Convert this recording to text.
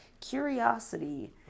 curiosity